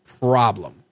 problem